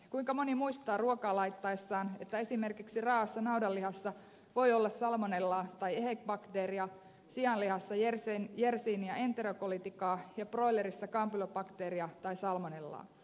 kuinka moni muistaa ruokaa laittaessaan että esimerkiksi raa assa naudanlihassa voi olla salmonellaa tai ehec bakteeria sianlihassa yersinia enterocoliticaa ja broilereissa kampylobakteeria tai salmonellaa